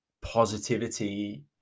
positivity